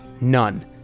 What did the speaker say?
none